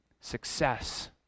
success